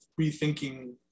rethinking